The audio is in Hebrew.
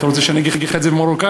אתה רוצה שאני אגיד לך את זה במרוקאית?